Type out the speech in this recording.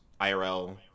IRL